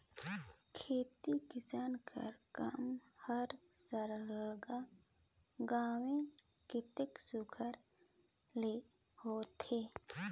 खेती किसानी कर काम हर सरलग गाँवें कती सुग्घर ले होथे